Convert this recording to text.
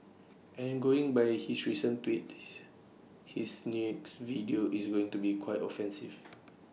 and going by his recent tweets his next video is going to be quite offensive